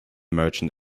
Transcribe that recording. merchant